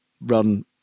run